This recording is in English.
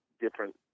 different